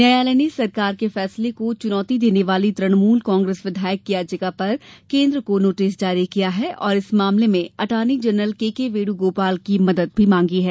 न्यायालय ने सरकार के फैसले को चुनौति देने वाली तृणमुल कांग्रेस विधायक की याचिका पर केन्द्र को नोटिस जारी किया है और इस मामले में attorney general K K Venugopal की मदद मांगी है